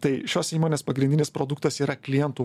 tai šios įmonės pagrindinis produktas yra klientų